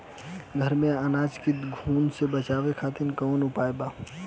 घर में अनाज के घुन से बचावे खातिर कवन उपाय बा?